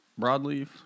Broadleaf